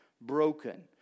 broken